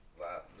Wow